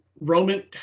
Roman